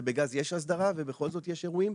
ובגז יש אסדרה ובכל זאת יש אירועים,